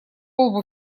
лбу